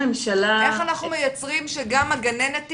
איך אנחנו מייצרים מצב שגם הגננת תקפוץ?